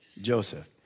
Joseph